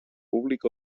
públic